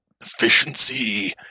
Efficiency